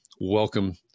welcome